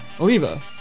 Oliva